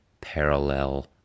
parallel